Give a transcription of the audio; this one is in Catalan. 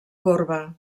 corba